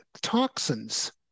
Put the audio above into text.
toxins